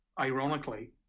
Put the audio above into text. ironically